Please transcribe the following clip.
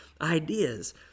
ideas